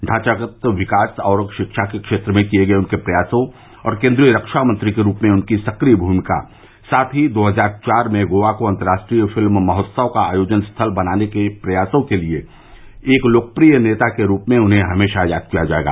ढांचागत विकास और शिक्षा के क्षेत्र में किए गए उनके प्रयासों और केन्द्रीय रक्षा मंत्री के रूप में उनकी सक्रिय भूमिका साथ ही दो हजार चार में गोवा को अन्तरराष्ट्रीय फिल्म महोत्सव का आयोजन स्थल बनाने के प्रयासों के लिए एक लोकप्रिय नेता के रूप में हमेशा याद किया जाएगा